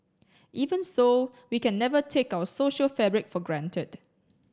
even so we can never take our social fabric for granted